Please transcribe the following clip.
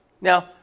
Now